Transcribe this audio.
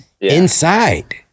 Inside